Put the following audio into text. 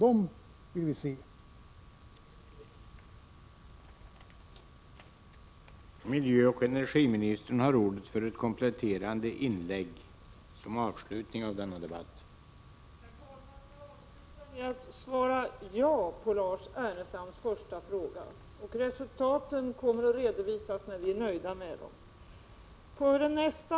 1986/87:78